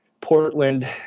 Portland